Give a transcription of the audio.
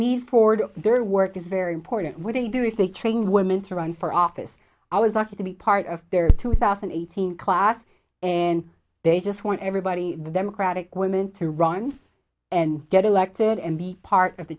the need for do their work is very important what they do is they train women to run for office i was lucky to be part of their two thousand and eighteen class and they just want everybody the democratic women to run and get elected and be part of the